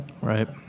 Right